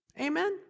Amen